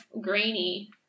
grainy